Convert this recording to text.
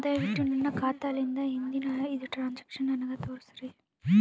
ದಯವಿಟ್ಟು ನನ್ನ ಖಾತಾಲಿಂದ ಹಿಂದಿನ ಐದ ಟ್ರಾಂಜಾಕ್ಷನ್ ನನಗ ತೋರಸ್ರಿ